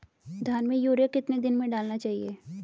धान में यूरिया कितने दिन में डालना चाहिए?